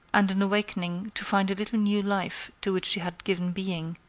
and an awakening to find a little new life to which she had given being,